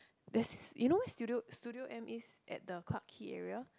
there's this you know where Studio Studio-M is at the Clarke Quay area